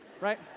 right